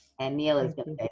and neil is going to